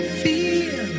feel